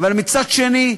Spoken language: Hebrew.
אבל מצד שני,